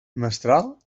mestral